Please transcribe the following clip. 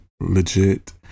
legit